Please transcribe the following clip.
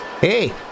Hey